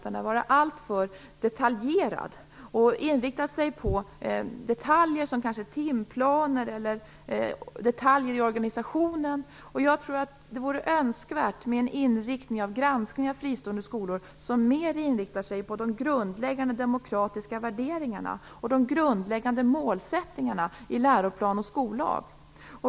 Den har varit alltför detaljerad och inriktat sig på timplaner eller detaljer i organisationen. Jag tror att det vore önskvärt att granskningen av fristående skolor mer inriktar sig på de grundläggande demokratiska värderingarna och de grundläggande målsättningarna i läroplan och skollag.